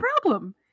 problem